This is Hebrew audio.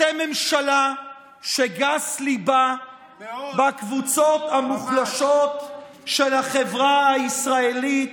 אתם ממשלה שגס ליבה בקבוצות המוחלשות של החברה הישראלית,